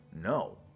no